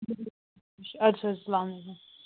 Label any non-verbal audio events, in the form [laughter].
[unintelligible] اَدٕ سا سَلامُ علیکُم